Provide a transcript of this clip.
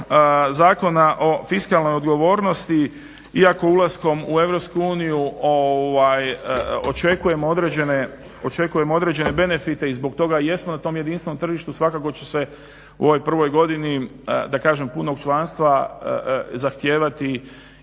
Zakona o fiskalnoj odgovornosti iako ulaskom u Europsku uniju očekujemo određene benefite i zbog toga jesmo na tom jedinstvenom tržištu svakako će se u ovoj prvoj godini da kažem punog članstva zahtijevati